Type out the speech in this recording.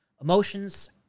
emotions